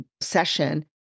session